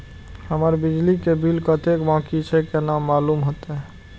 हमर बिजली के बिल कतेक बाकी छे केना मालूम होते?